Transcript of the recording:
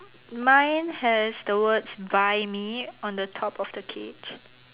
mine has the words buy me on the top of the cage